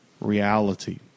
reality